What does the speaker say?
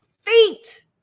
feet